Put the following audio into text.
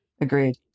agreed